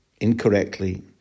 incorrectly